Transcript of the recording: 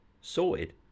Sorted